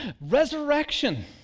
Resurrection